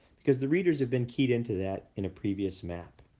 because the readers have been keyed into that in a previous map.